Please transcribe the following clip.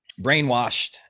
brainwashed